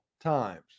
times